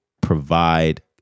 provide